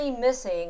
missing